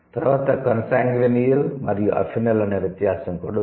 తర్వాత కన్సాన్గ్వినియల్ మరియు అఫినల్ అనే వ్యత్యాసం కూడా ఉంది